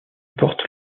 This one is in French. porte